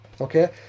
okay